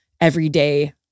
everyday